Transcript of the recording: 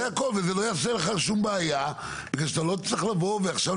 זה לא יוצר לך בעיה כי אתה לא צריך להוכיח